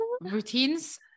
routines